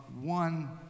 one